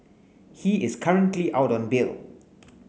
he is currently out on bail